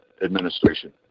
administration